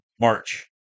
March